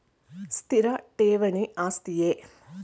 ಸ್ಥಿರ ಠೇವಣಿ ಆಸ್ತಿಯೇ?